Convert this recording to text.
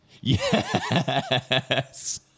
Yes